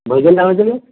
भजन लावायचं का